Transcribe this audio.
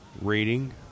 rating